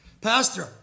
Pastor